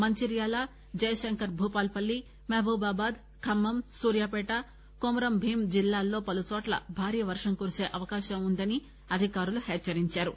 మంచిర్యాల జయశంకర్ భూపాలపల్లి మహబూబాబాద్ ఖమ్మం సూర్యాపేట కోమురంభీం జిల్లాలలో పలుచోట్ల భారీవర్షం కురిసే అవకాశం ఉందని అధికారులు హెచ్చరించారు